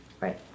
Right